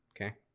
okay